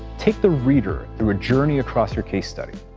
take the reader through a journey across your case study.